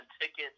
tickets